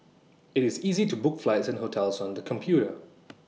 IT is easy to book flights and hotels on the computer